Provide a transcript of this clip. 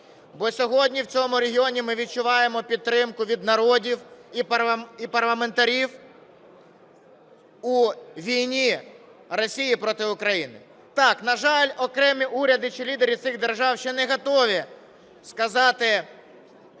Бо сьогодні в цьому регіоні ми відчуваємо підтримку від народів і парламентів у війні Росії проти України. Так, на жаль, окремі уряди чи лідери цих держав ще не готові сказати